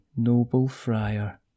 Noblefriar